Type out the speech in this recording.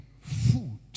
food